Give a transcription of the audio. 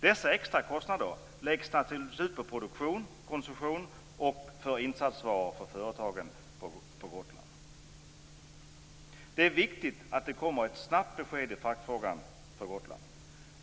Dessa extrakostnader läggs naturligtvis ut på produktionen, på konsumtionen och för insatsvaror som företagen på Gotland behöver. Det är viktigt att det kommer ett snabbt besked i fraktfrågan för Gotland.